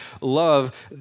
Love